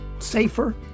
safer